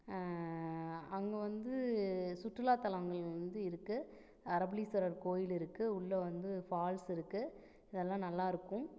அங்கே வந்து சுற்றுலாத்தலங்கள் வந்து இருக்கு அறப்பளீஸ்வரர் கோயில் இருக்கு உள்ள வந்து ஃபால்ஸ் இருக்கு இதெல்லாம் நல்லா இருக்கும்